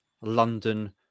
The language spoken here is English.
London